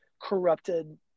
corrupted